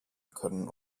können